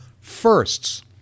firsts